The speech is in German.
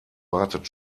wartet